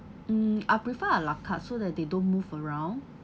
mm I prefer a la carte so that they don't move around